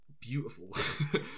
beautiful